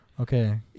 okay